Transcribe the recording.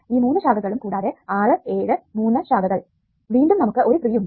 ഈ മൂന്ന് ശാഖകളും കൂടാതെ 6 7 3 ശാഖകൾ വീണ്ടും നമുക്ക് ഒരു ട്രീ ഉണ്ട്